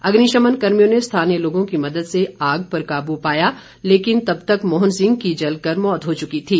अग्निशमन कर्मियों ने स्थानीय लोगों की मदद से आग पर काबू पाया लेकिन तब तक मोहन सिंह की जलकर मौत हो चुकी थी